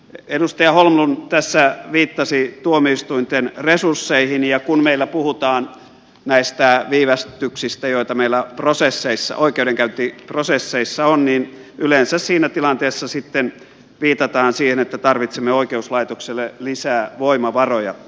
edustaja holmlund tässä viittasi tuomioistuinten resursseihin ja kun meillä puhutaan näistä viivästyksistä joita meillä oikeudenkäyntiprosesseissa on niin yleensä siinä tilanteessa viitataan siihen että tarvitsemme oikeuslaitokselle lisää voimavaroja